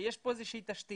ויש פה איזה שהיא תשתית,